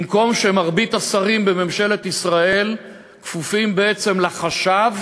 במקום שמרבית השרים בממשלת ישראל כפופים בעצם לחַשָב